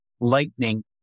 lightning